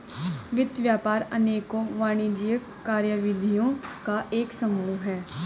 वित्त व्यापार अनेकों वाणिज्यिक कार्यविधियों का एक समूह है